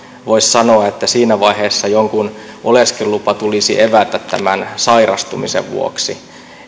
voi sanoa että siinä vaiheessa jonkun oleskelulupa tulisi evätä tämän sairastumisen vuoksi